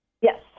Yes